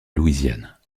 louisiane